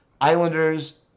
Islanders